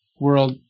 world